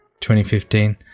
2015